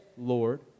lord